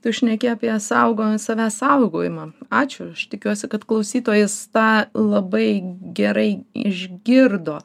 tu šneki apie saugo savęs saugojimą ačiū aš tikiuosi kad klausytojas tą labai gerai išgirdo